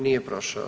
Nije prošao.